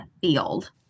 field